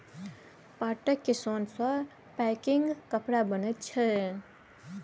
पाटक सोन सँ पैकिंग कपड़ा बनैत छै